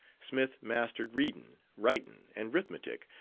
smith mastered readin', ritin, and rithmetic,